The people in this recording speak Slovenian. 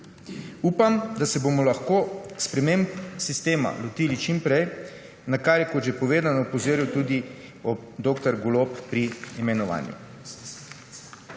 Upam, da se bomo lahko sprememb sistema lotili čim prej, na kar je, kot že povedano, opozoril tudi dr. Golob pri imenovanju.